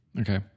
okay